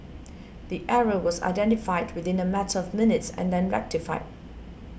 the error was identified within a matter of minutes and then rectified